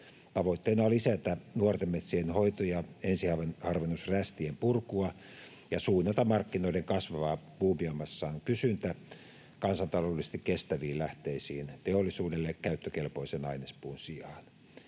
Tavoitteena on lisätä nuorten metsien hoito- ja ensiharvennusrästien purkua ja suunnata markkinoiden kasvava puubiomassan kysyntä kansantaloudellisesti kestäviin lähteisiin teollisuudelle käyttökelpoisen ainespuun sijaan.